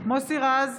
מוסי רז,